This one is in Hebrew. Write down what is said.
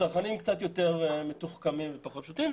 צרכנים קצת יותר מתוחכמים ופחות פשוטים.